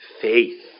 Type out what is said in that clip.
faith